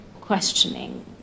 questioning